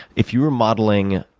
if you were modeling